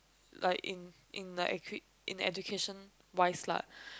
like in in like e~ in education wise lah